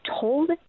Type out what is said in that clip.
told